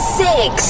six